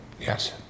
Yes